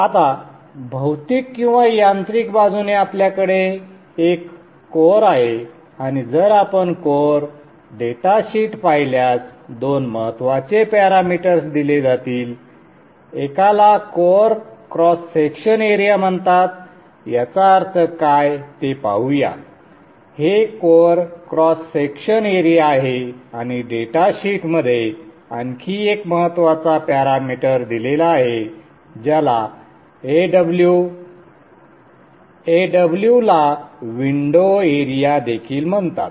आता भौतिक किंवा यांत्रिक बाजूने आपल्याकडे एक कोअर आहे आणि जर आपण कोअर डेटाशीट पाहिल्यास दोन महत्त्वाचे पॅरामीटर्स दिले जातील एकाला कोअर क्रॉस सेक्शन एरिया म्हणतात याचा अर्थ काय ते पाहू या हे कोअर क्रॉस सेक्शन एरिया आहे आणि डेटा शीटमध्ये आणखी एक महत्त्वाचा पॅरामीटर दिलेला आहे ज्याला Aw Aw ला विंडो एरिया देखील म्हणतात